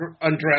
undress